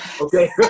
Okay